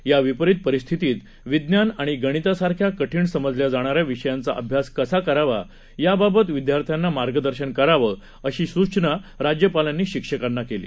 या विपरीत परिस्थितीत विज्ञान आणि गणितासारख्या कठीण समजल्या जाणाऱ्या विषयांचा अभ्यास कसा करावा याबाबत विदयार्थ्यांना मार्गदर्शन करावं अशी सुचना राज्यपालांनी शिक्षकांना केली